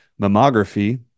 mammography